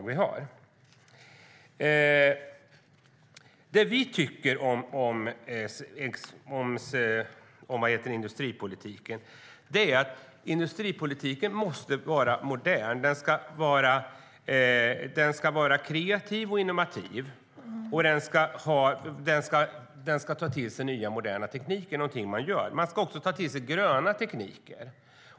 Vi tycker att industripolitiken måste vara modern. Den ska vara kreativ och innovativ, och den ska ta till sig nya moderna tekniker. Det är någonting man gör. Man ska ta till sig gröna tekniker.